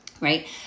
right